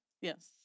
Yes